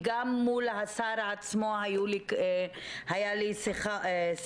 גם מול האתר עצמו היו לי שיחות,